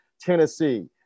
tennessee